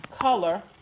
color